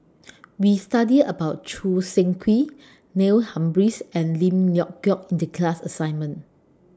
We studied about Choo Seng Quee Neil Humphreys and Lim Leong Geok in The class assignment